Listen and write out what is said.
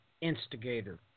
instigator